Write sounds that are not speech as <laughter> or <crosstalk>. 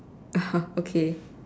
<laughs> okay